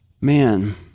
Man